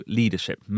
leadership